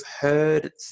heard